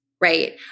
right